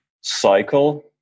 cycle